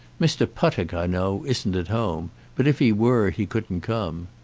mr. puttock, i know, isn't at home but if he were, he couldn't come.